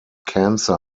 cancer